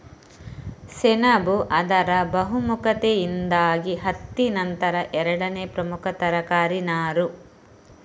ಸೆಣಬು ಅದರ ಬಹುಮುಖತೆಯಿಂದಾಗಿ ಹತ್ತಿ ನಂತರ ಎರಡನೇ ಪ್ರಮುಖ ತರಕಾರಿ ನಾರು